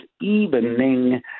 evening